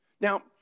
Now